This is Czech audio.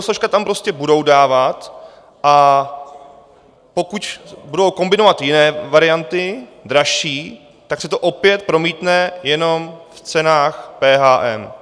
Ty biosložky tam prostě budou dávat, a pokud budou kombinovat jiné varianty, dražší, tak se to opět promítne jenom v cenách PHM.